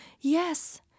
Yes